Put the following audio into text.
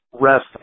rest